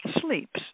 Sleeps